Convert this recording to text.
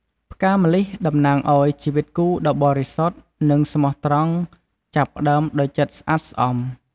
ផ្កាម្លិះ តំណាងអោយ ជីវិតគូដ៏បរិសុទ្ធ និងស្មោះត្រង់ ចាប់ផ្តើមដោយចិត្តស្អាតស្អំ ។